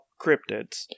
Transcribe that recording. cryptids